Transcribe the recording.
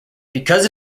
because